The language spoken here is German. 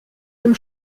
dem